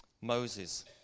Moses